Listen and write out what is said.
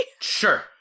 Sure